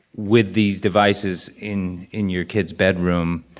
with these devices in in your kid's bedroom,